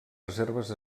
reserves